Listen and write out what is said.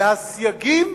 והסייגים